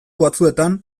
batzuetan